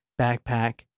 backpack